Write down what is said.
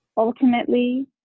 Ultimately